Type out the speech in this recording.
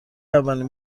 اولین